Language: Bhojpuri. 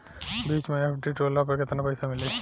बीच मे एफ.डी तुड़ला पर केतना पईसा मिली?